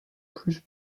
plus